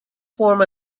form